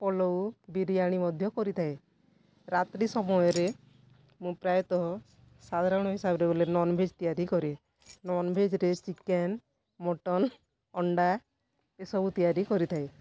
ପଲଉ ବିରିୟାନୀ ମଧ୍ୟ କରିଥାଏ ରାତ୍ରୀ ସମୟରେ ମୁଁ ପ୍ରାୟତଃ ସାଧାରଣ ହିସାବରେ ବୋଲେ ନନଭେଜ୍ ତିଆରି କରେ ନନଭେଜ୍ରେ ଚିକେନ୍ ମଟନ୍ ଅଣ୍ଡା ଏସବୁ ତିଆରି କରିଥାଏ